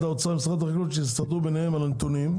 האוצר ומשרד החקלאות יסגרו ביניהם על הנתונים.